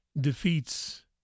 defeats